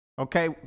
okay